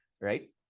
right